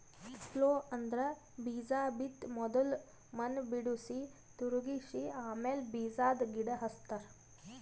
plough ಅಂದ್ರ ಬೀಜಾ ಬಿತ್ತ ಮೊದುಲ್ ಮಣ್ಣ್ ಬಿಡುಸಿ, ತಿರುಗಿಸ ಆಮ್ಯಾಲ ಬೀಜಾದ್ ಗಿಡ ಹಚ್ತಾರ